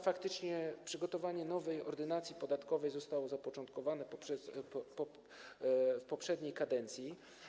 Faktycznie przygotowanie nowej Ordynacji podatkowej zostało zapoczątkowane w poprzedniej kadencji.